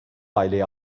aileyi